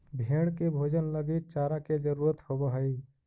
भेंड़ के भोजन लगी चारा के जरूरत होवऽ हइ